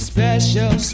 Special